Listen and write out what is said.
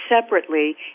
separately